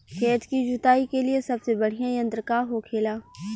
खेत की जुताई के लिए सबसे बढ़ियां यंत्र का होखेला?